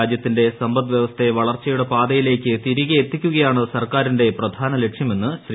രാജ്യത്തിന്റെ സമ്പദ്വൃവസ്ഥയെ വളർച്ചയുടെ പാതയിലേയ്ക്ക് തിരികെ എത്തിക്കുകയാണ് സർക്കാരിന്റെ പ്രധാന ലക്ഷ്യമെന്ന് ശ്രീ